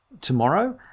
tomorrow